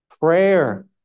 Prayer